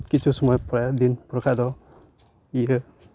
ᱠᱤᱪᱷᱩ ᱥᱚᱢᱚᱭ ᱯᱚᱨᱮᱨ ᱫᱤᱱ ᱵᱟᱠᱷᱟᱡ ᱫᱚ ᱤᱱᱠᱟᱹ